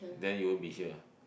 then you won't be here